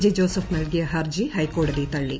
J Joseph നൽകിയ ഹർജി ഹൈക്കോടതി തള്ളി